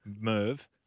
Merv